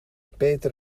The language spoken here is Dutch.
peter